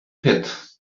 pit